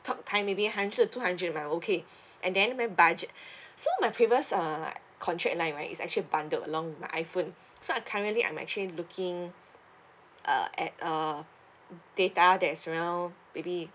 talk time maybe hundred to two hundred and I'm okay and then my budget so my previous uh contract line right is actually bundled along my iphone so I currently I'm actually looking uh at uh data that's around maybe